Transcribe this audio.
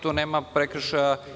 Tu nema prekršaja.